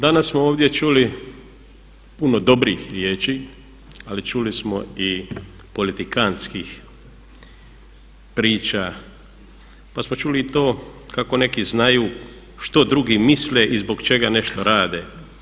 Danas smo ovdje čuli puno dobrih riječi ali čuli smo i politikantskih priča pa smo čuli i to kako neki znaju što drugi misle i zbog čega nešto rade.